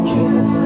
Jesus